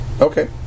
Okay